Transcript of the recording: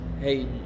Hey